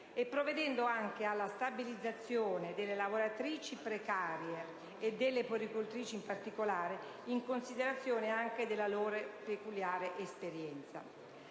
e provvedendo anche alla stabilizzazione delle lavoratrici precarie e delle puericultrici in particolare, in considerazione anche della loro peculiare esperienza.